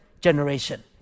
generation